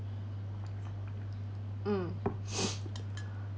mm